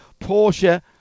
Porsche